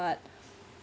but